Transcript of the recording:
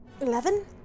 Eleven